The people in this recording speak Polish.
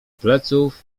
pleców